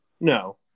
No